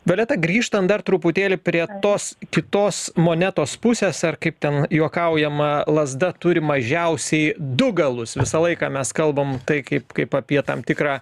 violeta grįžtant dar truputėlį prie tos kitos monetos pusės ar kaip ten juokaujama lazda turi mažiausiai du galus visą laiką mes kalbam tai kaip kaip apie tam tikrą